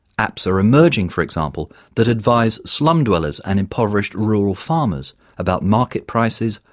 apps are emerging, for example, that advise slum dwellers and impoverished rural farmers about market prices,